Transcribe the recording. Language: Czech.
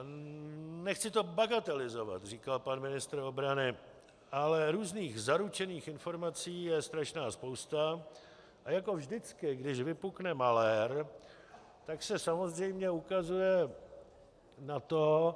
Nechci to bagatelizovat, říkal pan ministr obrany, ale různých zaručených informací je strašná spousta a jako vždycky, když vypukne malér, tak se samozřejmě ukazuje na toho...